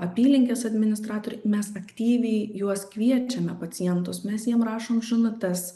apylinkės administratoriai mes aktyviai juos kviečiame pacientus mes jiem rašom žinutes